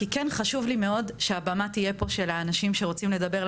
כי כן חשוב לי מאוד שהבמה תהיה פה של האנשים שרוצים לדבר,